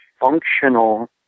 functional